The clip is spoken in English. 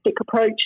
approach